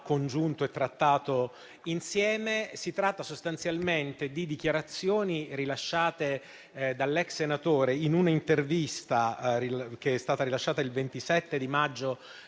la Giunta ha trattato congiuntamente. Si tratta sostanzialmente di dichiarazioni rilasciate dall'ex senatore in un'intervista che è stata rilasciata il 27 maggio